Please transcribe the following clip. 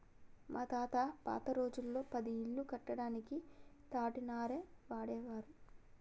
మా తాత పాత రోజుల్లో పది ఇల్లు కట్టడానికి తాటినార వాడేవారు